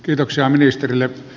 kiitoksia ministerille